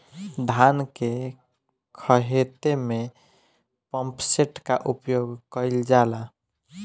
धान के ख़हेते में पम्पसेट का उपयोग कइल जाला?